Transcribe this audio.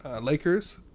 Lakers